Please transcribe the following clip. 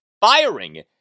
firing